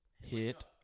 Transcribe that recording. hit